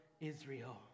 israel